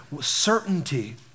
certainty